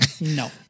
No